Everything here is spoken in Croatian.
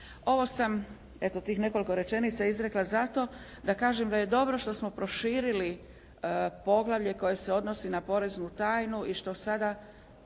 Ovo sam, eto tih nekoliko rečenica izrekla zato da kažem da je dobro što smo proširili poglavlje koje se odnosi na poreznu tajnu i što sada